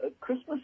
Christmas